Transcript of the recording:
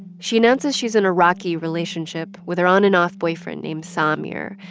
she announces she's in a rocky relationship with her on-and-off boyfriend named samire,